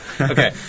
Okay